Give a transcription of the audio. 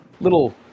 little